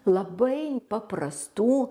labai paprastų